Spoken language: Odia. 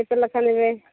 କେତେ ଲେଖାଁ ନେବେ